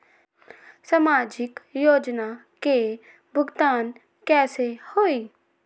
समाजिक योजना के भुगतान कैसे होई?